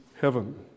heaven